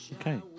Okay